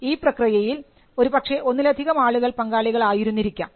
ഈ പ്രക്രിയയിൽ ഒരു പക്ഷേ ഒന്നിലധികം ആളുകൾ പങ്കാളികൾ ആയിരുന്നിരിക്കാം